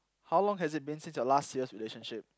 how long has it been since your last serious relationship